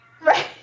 Right